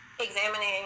Examining